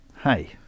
hey